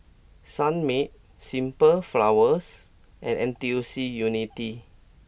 Sunmaid Simple Flowers and N T U C Unity